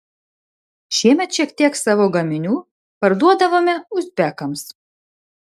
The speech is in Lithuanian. šiemet šiek tiek savo gaminių parduodavome uzbekams